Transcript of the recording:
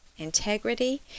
integrity